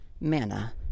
mana